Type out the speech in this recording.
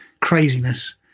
craziness